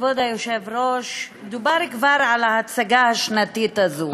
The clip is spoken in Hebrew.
כבוד היושב-ראש, דובר כבר על ההצגה השנתית הזאת.